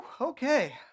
Okay